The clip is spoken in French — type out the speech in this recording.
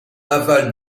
aval